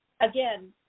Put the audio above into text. again